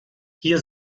hier